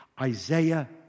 Isaiah